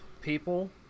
people